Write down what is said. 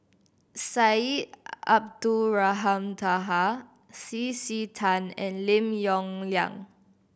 Syed Abdulrahman Taha C C Tan and Lim Yong Liang